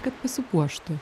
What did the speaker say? kad pasipuoštų